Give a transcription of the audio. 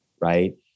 right